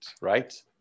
right